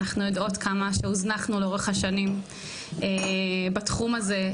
אנחנו יודעות כמה שהוזנחנו לאורך השנים בתחום הזה,